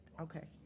okay